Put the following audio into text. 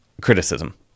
criticism